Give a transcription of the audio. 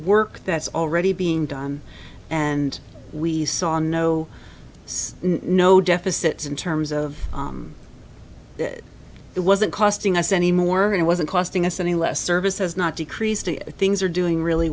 work that's already being done and we saw no no deficits in term as of that it wasn't costing us any more and it wasn't costing us any less service has not decreased things are doing really